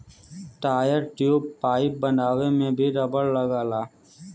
tyre, tube, pipe बनावे में भी रबड़ लगला